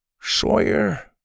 Sawyer